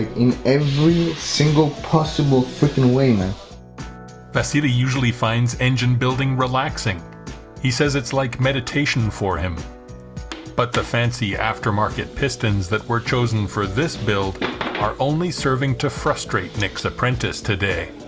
in every single possible foot in weymouth peseta usually finds engine building relaxing he says it's like meditation for him but the fancy aftermarket pistons that were chosen for this build are only serving to frustrate nick's apprentice today